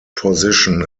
position